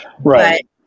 Right